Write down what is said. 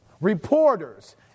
Reporters